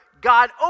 God